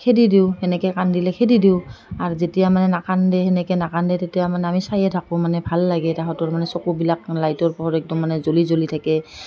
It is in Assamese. খেদি দিওঁ সেনেকৈ কান্দিলে খেদি দিওঁ আৰু যেতিয়া মানে নাকান্দে সেনেকৈ নাকান্দে তেতিয়া মানে আমি চায়য়ে থাকোঁ মানে ভাল লাগে সিহঁতৰ মানে চকুবিলাক লাইটৰ পোহৰত একদম মানে জ্বলি জ্বলি থাকে